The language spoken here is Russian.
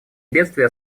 бедствия